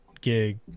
gig